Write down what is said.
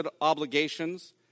obligations